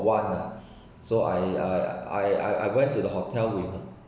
one ah so I I I I went to the hotel with